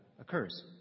occurs